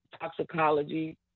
toxicology